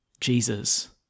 Jesus